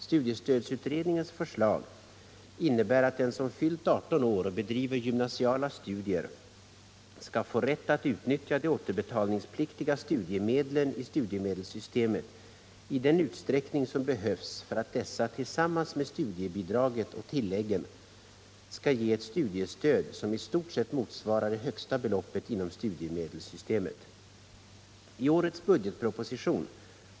Studiestödsutredningens förslag innebär att den som fyllt 18 år och bedriver gymnasiala studier skall få rätt att utnyttja de återbetalningspliktiga studiemedlen i studiemedelssystemet i den utsträckning som behövs för att dessa tillsammans med studiebidraget och tilläggen skall ge ett studiestöd som i stort sett motsvarar det högsta beloppet inom studiemedelssystemet. I årets budgetproposition (prop. 1977/78:100 bil.